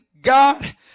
God